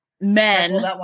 men